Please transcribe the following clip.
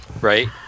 right